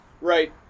Right